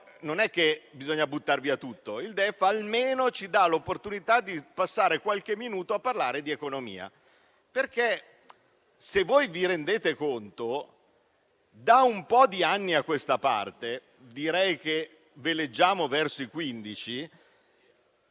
non bisogna buttar via tutto, perché almeno ci dà l'opportunità di passare qualche minuto a parlare di economia. Se ve ne rendete conto, da un po' di anni a questa parte - direi che veleggiamo verso i